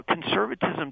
conservatism